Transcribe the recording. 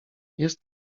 jest